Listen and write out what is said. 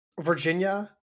Virginia